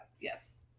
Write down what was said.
Yes